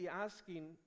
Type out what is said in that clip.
asking